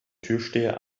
türsteher